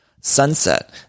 sunset